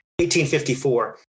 1854